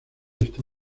está